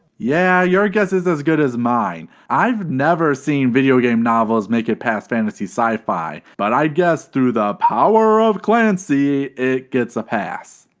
yeah your guess is as good as mine. i've never seen video game novels make it pass fantasy sci fi, but i guess through the power of clancy, it gets a past.